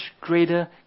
greater